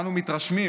אנו מתרשמים